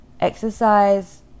exercise